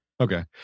Okay